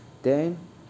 then